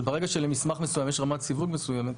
פשוט ברגע שלמסמך מסוים יש רמת סיווג מסוימת,